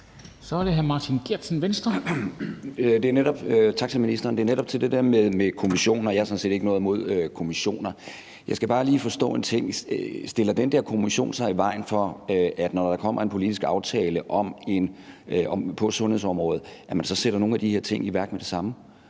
Kl. 15:46 Martin Geertsen (V): Tak til ministeren. Mit spørgsmål er netop til det der med kommissioner. Jeg har sådan set ikke noget imod kommissioner, jeg skal bare lige forstå en ting: Stiller den der kommission sig i vejen for, når der kommer en politisk aftale på sundhedsområdet, at man sætter nogle af de her ting i værk med det samme?